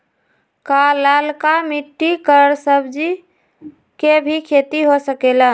का लालका मिट्टी कर सब्जी के भी खेती हो सकेला?